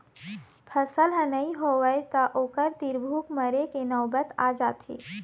फसल ह नइ होवय त ओखर तीर भूख मरे के नउबत आ जाथे